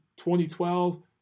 2012